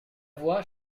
voix